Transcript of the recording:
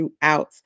throughout